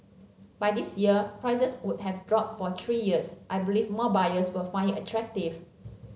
by this year prices would have dropped for three years I believe more buyers will find it attractive